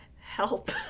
help